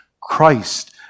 Christ